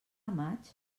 maig